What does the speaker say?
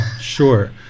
sure